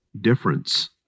difference